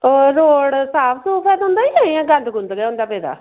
होर रोड साफ़ सूफ ऐ तुंदा जां इयां गंद गुंद गै होंदा पेदा